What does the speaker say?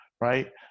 right